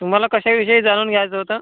तुम्हाला कशाविषयी जाणून घ्यायचं होतं